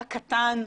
הקטן,